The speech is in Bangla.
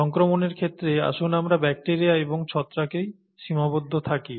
সংক্রমণের ক্ষেত্রে আসুন আমরা ব্যাকটিরিয়া এবং ছত্রাকেই সীমাবদ্ধ থাকি